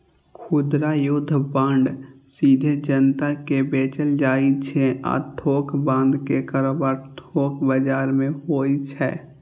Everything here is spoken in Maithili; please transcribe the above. खुदरा युद्ध बांड सीधे जनता कें बेचल जाइ छै आ थोक बांड के कारोबार थोक बाजार मे होइ छै